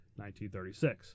1936